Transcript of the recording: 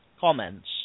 comments